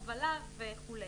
הובלה וכו'.